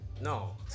No